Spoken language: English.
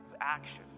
action